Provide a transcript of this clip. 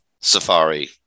Safari